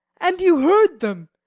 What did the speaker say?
and you heard them.